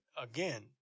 again